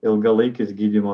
ilgalaikis gydymo